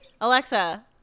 Alexa